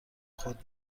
خود